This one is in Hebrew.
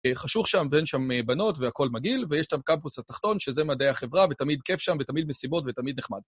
חשוך שם ואין שם בנות והכל מגעיל, ויש את הקמפוס התחתון, שזה מדעי החברה ותמיד כיף שם ותמיד מסיבות ותמיד נחמד.